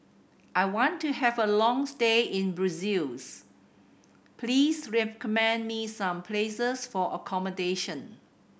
I want to have a long stay in Brussels please recommend me some places for accommodation